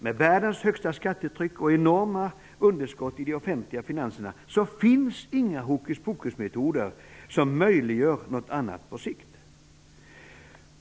Med världens högsta skattetryck och enorma underskott i de offentliga finanserna finns inga hokus-pokus-metoder som möjliggör något annat på sikt.